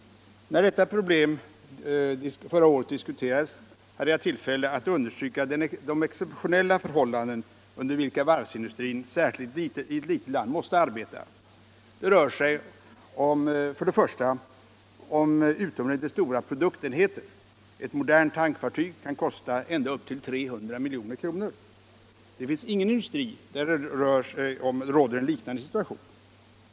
När detta problem förra året diskuterades hade jag tillfälle att understryka de exceptionella förhållanden under vilka varvsindustrin, särskilt i ett litet land, måste arbeta. Det rör sig för det första om utomordentligt stora produktenheter — ett modernt tankfartyg kan kosta upp till 300 milj.kr. Det finns ingen industri där det råder en liknande situation.